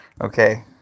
Okay